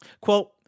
Quote